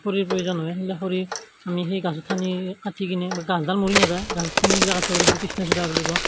খৰিৰ প্ৰয়োজন হয় সেইবিলাক খৰি আমি সেই গছখিনি কাটি কিনে গাছডাল মৰি নাযায় গছ ঠানিবিলাকত খৰি কৃষ্ণচূড়া বুলি কওঁ